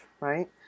right